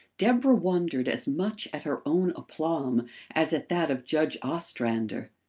deborah wondered as much at her own aplomb as at that of judge ostrander.